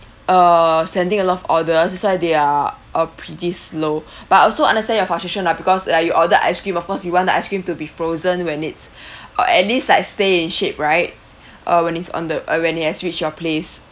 err sending a lot of orders that's why they're uh pretty slow but also understand your frustration lah because like you ordered ice cream of course you want the ice cream to be frozen when it's uh at least like stay in shape right uh when it's on the uh when it has reached your place